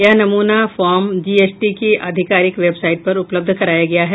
यह नमूना form GST की आधिकारिक बेवसाइट पर उपलब्ध कराया गया है